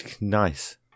nice